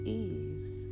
ease